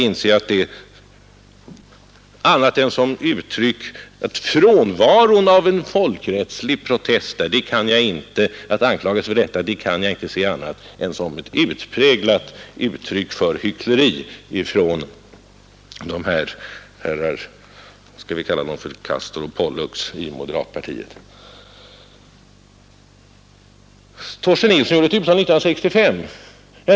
Anklagelserna för frånvaron av en folkrättslig protest mot vad som kallas den nordvietnamesiska invasionen kan jag inte se annat än som ett utpräglat uttryck för hyckleri från dessa herrar — skall vi kalla dem för Castor och Pollux — i moderatpartiet. Torsten Nilsson gjorde ett uttalande 1965, säger man.